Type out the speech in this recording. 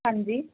ਹਾਂਜੀ